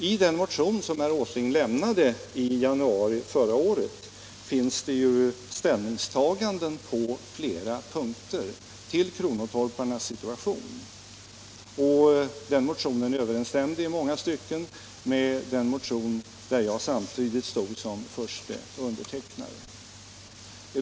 I den motion som herr Åsling lämnade i januari förra året finns det på flera punkter olika ställningstaganden till kronotorparnas situation, och den motionen överensstämmer i långa stycken med den motion på vilken jag stod som förste undertecknare.